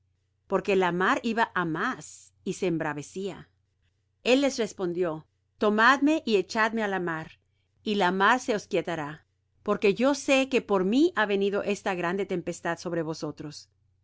porque la mar iba á más y se embravecía el les respondió tomadme y echadme á la mar y la mar se os quietará porque yo sé que por mí ha venido esta grande tempestad sobre vosotros